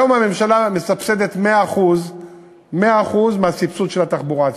היום הממשלה מסבסדת 100% של הסבסוד של התחבורה הציבורית,